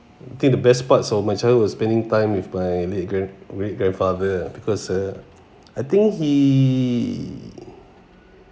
I think the best parts of my childhood is spending time with my great grandfather because uh I think he